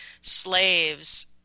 slaves